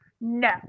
no